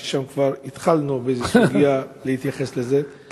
ששם כבר התחלנו באיזו סוגיה להתייחס לזה,